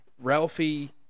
Ralphie